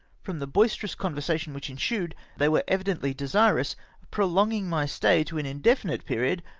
from the boisterous conversation which ensued, they were evidently desirous of prolonging my stay to an indefinite period,